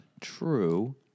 true